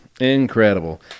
Incredible